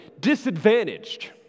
disadvantaged